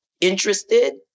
interested